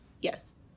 Yes